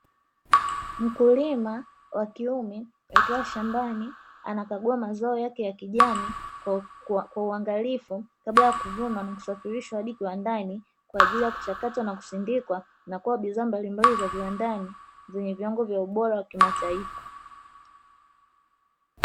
Mkulima wa kiume akiwa shambani anakagua mazao yake ya kijani kwa uangalifu, kabla ya kuvunwa na kusafirishwa hadi viwandani kwa ajili ya kuchakatwa na kusindikwa na kua bidhaa mbalimbali za viwandani, vyenye viwango vya ubora vya kimataifa.